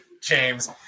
James